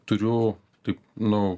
turiu taip nu